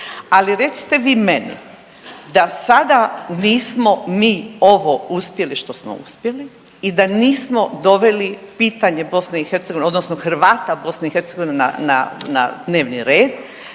Ali recite vi meni da sada nismo mi ovo uspjeli što smo uspjeli i da nismo doveli pitanje BiH, odnosno Hrvata BiH na dnevni red